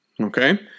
Okay